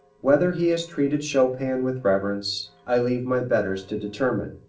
whether he has treated chopin with reverence i leave my betters to determine.